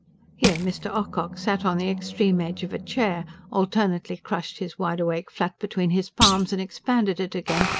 here mr. ocock sat on the extreme edge of a chair alternately crushed his wide-awake flat between his palms and expanded it again,